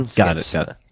got it. so but